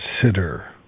consider